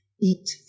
eat